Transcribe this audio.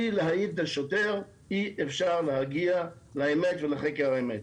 להעיד את השוטר אי אפשר להגיע לחקר האמת.